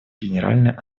генеральной